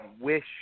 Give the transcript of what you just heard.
wish